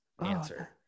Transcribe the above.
answer